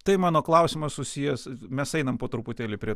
tai mano klausimas susijęs mes einam po truputėlį prie